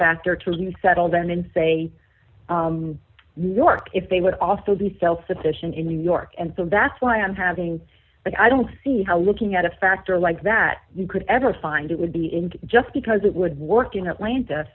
factor to you settle down and say you work if they would also be self sufficient in new york and so that's why i'm having but i don't see how looking at a factor like that you could ever find it would be just because it would work in atlanta